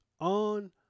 on